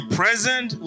present